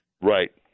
Right